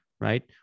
right